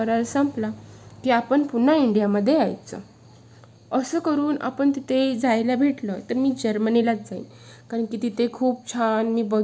पा पासपोर्टसाठी रेशनकार्डची झेरॉक्स वगैरे असं काही लागणार असेल तर मला आत्ताच सांग जेणेकरून मी ते डिजिलॉकरकडून डाऊनलोड करून घेईन